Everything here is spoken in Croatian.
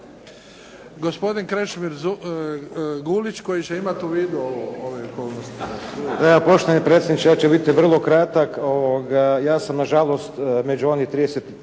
Gospodin Krešimir Gulić, koji će imati u vidu ove okolnosti. **Gulić, Krešimir (HDZ)** Poštovani predsjedniče, ja ću biti vrlo kratak. Ja sam nažalost među onih 30%